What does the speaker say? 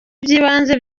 by’ibanze